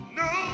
no